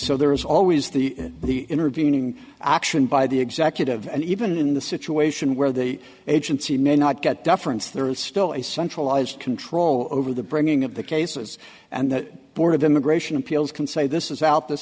so there is always the the intervening action by the executive and even in the situation where the agency may not get deference there is still a centralized control over the bringing of the cases and the board of immigration appeals can say this is out this